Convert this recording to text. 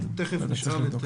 תיכף נשאל.